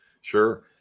Sure